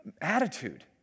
Attitude